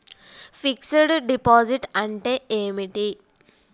Fix డ్ deposit అంటే ఏమిటి?